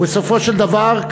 ובסופו של דבר,